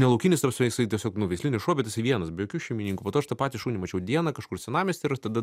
ne laukinis ta prasme jisai tiesiog nu veislinis šuo bet jisai vienas be jokių šeimininkų po to aš tą patį šunį mačiau dieną kažkur senamiesty ir tada